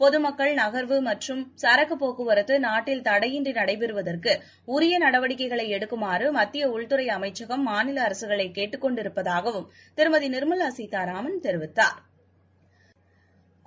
பொதுமக்கள் நகர்வு மற்றும் சரக்குபோக்குவர்த்துநாட்டிலதடையின்றிநடைபெறுவதற்குஉரியநடவடிக்கைகளைஎடுக்குமாறுமத்தியஉள்துறைஅ மைச்சகம் மாநிலஅரசுகளைகேட்டுக் கொண்டிருப்பதாகவும் திருமதிநிாமலாசீதாராமன் தெரிவித்தாா்